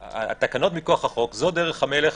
התקנות מכוח החוק, זו דרך המלך